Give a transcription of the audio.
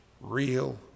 real